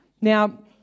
Now